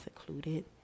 secluded